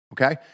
okay